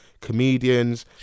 comedians